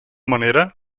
manera